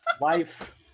Life